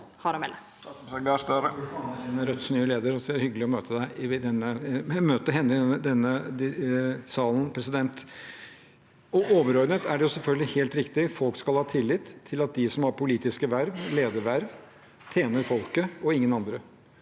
Overordnet er det selvfølgelig helt riktig. Folk skal ha tillit til at de som har politiske verv, lederverv, tjener folket og ingen andre.